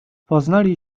poznali